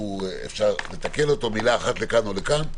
אפשר לתקן אותו במילה אחת לכאן או לכאן.